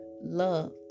loved